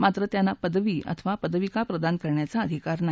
मात्र त्यांना पदवी अथवा पदविका प्रदान करण्याचा अधिकार नाही